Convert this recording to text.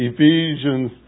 Ephesians